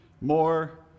more